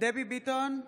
דבי ביטון,